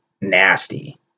nasty